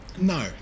no